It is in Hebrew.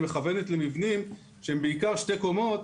היא מכוונת למבנים שהם בעיקר שתי קומות,